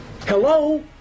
Hello